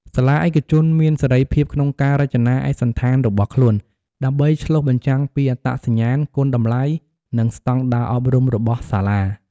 សាលាឯកជនមានសេរីភាពក្នុងការរចនាឯកសណ្ឋានរបស់ខ្លួន ដើម្បីឆ្លុះបញ្ចាំងពីអត្តសញ្ញាណ គុណតម្លៃ និងស្តង់ដារអប់រំរបស់សាលា។